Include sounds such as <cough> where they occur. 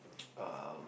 <noise> um